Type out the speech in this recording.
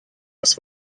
nos